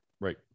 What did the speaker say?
Right